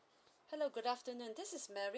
hello good afternoon this is mary